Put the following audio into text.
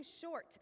short